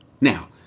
now